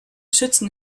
schützen